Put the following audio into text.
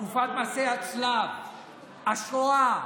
תקופת מסעי הצלב, השואה,